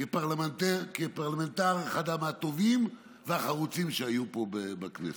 כפרלמנטר אחד מהטובים והחרוצים שהיו פה בכנסת.